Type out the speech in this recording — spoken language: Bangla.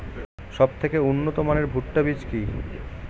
সবথেকে উন্নত মানের ভুট্টা বীজ কি?